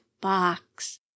box